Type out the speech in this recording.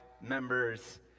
members